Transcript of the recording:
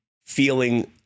feeling